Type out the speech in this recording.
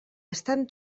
estan